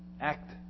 Act